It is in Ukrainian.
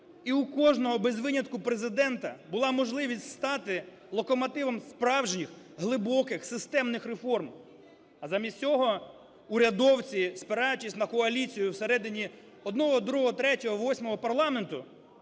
і у кожного без винятку Президента була можливість стати локомотивом справжніх, глибоких, системних реформ. А замість цього урядовці, спираючись на коаліцію всередині одного, другого,